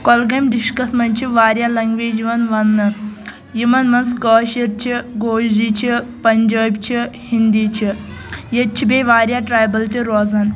کۄلگامہِ ڈِسٹِرٛکَس مَنٛز چھِ واریاہ لینٛگویج یِوان وننہٕ یمن مَنٛز کٲشر چھُ گوجری چھُ پنٛجٲبۍ چھُ ہنٛدی چھُ ییٚتہِ چھِ بیٚیہِ واریاہ ٹرٛایبل تہِ روزان